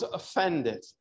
offended